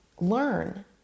learn